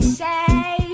say